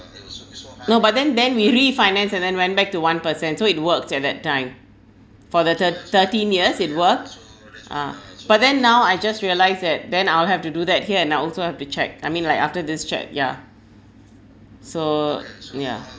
no but then then we refinanced and then went back to one per cent so it works at that time for that thir~ thirteen years it worked ah but then now I just realise that then I'll have to do that here and I'll also have to check I mean like after this chat ya so ya